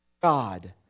God